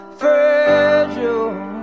fragile